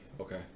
okay